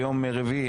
ביום רביעי,